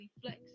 flex